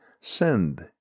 send